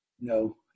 no